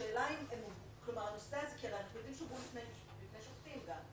אנחנו יודעים שהם הובאו לפני שופטים,